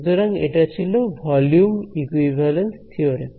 সুতরাং এটা ছিল ভলিউম ইকুইভ্যালেন্স থিওরেম